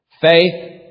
faith